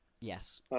Yes